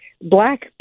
black